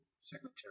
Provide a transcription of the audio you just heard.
secretary